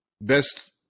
best